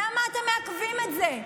למה אתם מעכבים את זה?